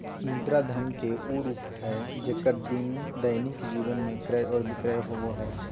मुद्रा धन के उ रूप हइ जेक्कर दैनिक जीवन में क्रय और विक्रय होबो हइ